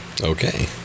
Okay